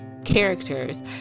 Characters